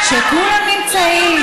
שכולם נמצאים?